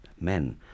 men